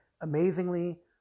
amazingly